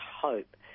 hope